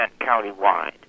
countywide